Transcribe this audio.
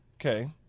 Okay